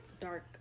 dark